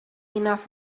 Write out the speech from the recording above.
enough